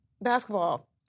Basketball